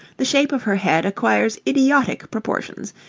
the shape of her head acquires idiotic proportions,